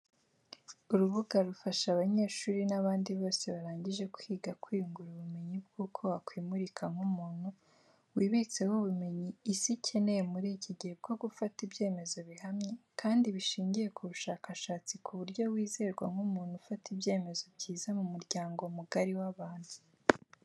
Urubuga rufasha abanyeshuri n'abandi bose barangije kwiga kwiyungura ubumenyi bw'uko wakwimurika nk'umuntu, wibitseho ubumenyi isi ikeneye muri iki gihe bwo gufata ibyemezo bihamye kandi bishingiye ku bushakashatsi ku buryo wizerwa nk'umuntu ufata ibyemezo byiza mu muryango mugari w'abantu.